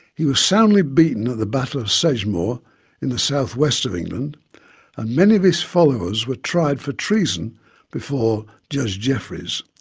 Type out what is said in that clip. he was soundly beaten at the battle of sedgemoor in the south west of england and many of his followers were tried for treason before judge jeffries.